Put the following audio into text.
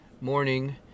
morning